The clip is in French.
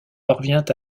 parvient